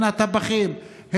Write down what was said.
הן הטבחים,